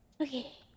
Okay